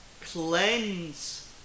Cleanse